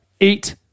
eight